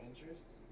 interests